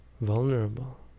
vulnerable